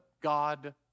God